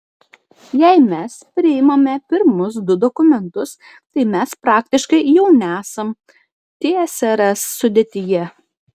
jei mes priimame pirmus du dokumentus tai mes praktiškai jau nesam tsrs sudėtyje